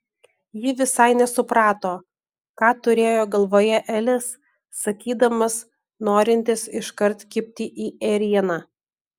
ji visai nesuprato ką turėjo galvoje elis sakydamas norintis iškart kibti į ėrieną